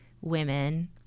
women –